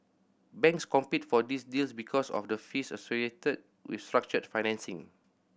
banks compete for these deals because of the fees associated with structured financing